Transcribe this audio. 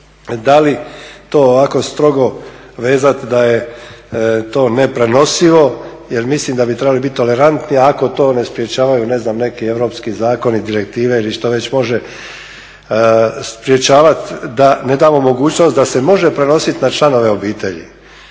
da li to ovako strogo vezati da je to neprenosivo jer mislim da bi trebali biti tolerantni ako to ne sprečavaju ne znam neki europski zakoni, direktive ili što već može sprečavati da ne damo mogućnost da se može prenositi na članove obitelji.